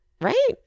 Right